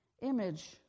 image